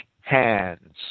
hands